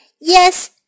Yes